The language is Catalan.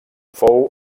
fou